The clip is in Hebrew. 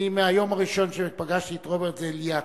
מהיום הראשון שפגשתי את רוברט, זה אליַטוב.